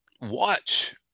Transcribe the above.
watch